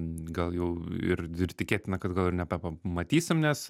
gal jau ir ir tikėtina kad gal ir nebepamatysim nes